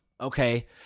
Okay